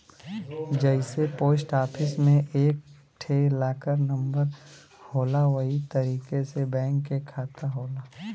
जइसे post office मे एक ठे लाकर नम्बर होला वही तरीके से बैंक के खाता होला